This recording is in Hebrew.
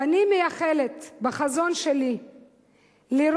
ואני מייחלת בחזון שלי לראות